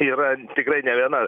yra tikrai ne viena